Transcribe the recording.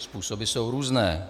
Způsoby jsou různé.